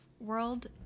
world